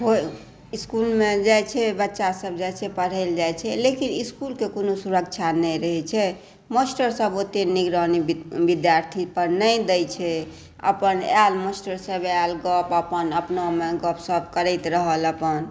इसकुलमे जाइ छै बच्चा सभ जाइ छै पढ़ै लए जाइ छै लेकिन इसकुलके कोनो सुरक्षा नहि रहै छै मास्टर सभ ओते निगरानी विद्यार्थी पर नहि दै छै अपन आयल मास्टर सभ आयल सभ अपन अपनामे गप सप करैत रहल अपन